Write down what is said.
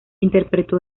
interpretó